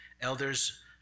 Elders